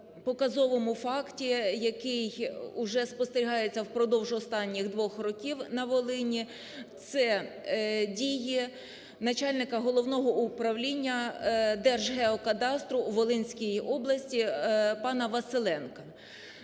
показовому факті, які уже спостерігається впродовж останніх двох років на Волині, це дії начальника Головного управління Держгеокадастру у Волинській області пана Василенка.